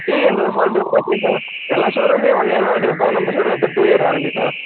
TV எந்த ஒரு ஃபால்ட்டும் வந்துச்சுன்னா எல்லா ஷோ ரூம்லேயும் ஒன் இயர் வாரண்ட்டி கொடுப்பாங்க நம்ம ஷோ ரூமில் அப்படியே டூ இயர் வாரண்ட்டி சார்